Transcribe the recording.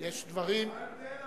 יש דברים, אבל מה ההבדל?